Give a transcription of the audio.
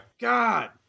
God